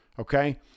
Okay